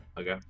Okay